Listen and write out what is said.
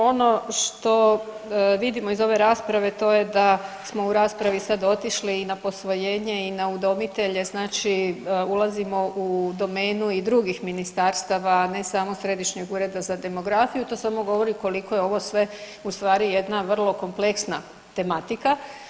Ono što vidimo iz ove rasprave, to je da smo u raspravi sad otišli i na posvojenje i na udomitelje, znači ulazimo u domenu i drugih ministarstava, ne samo Središnjeg ureda za demografiju, to sam govori koliko je ovo sve ustvari jedna vrlo kompleksna tematika.